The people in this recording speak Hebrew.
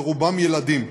ורובם ילדים.